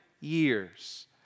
Years